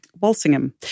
Walsingham